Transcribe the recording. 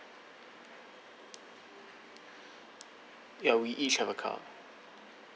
ya we each have a car